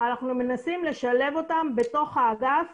אנחנו מנסים לשלב אותם בתוך האגף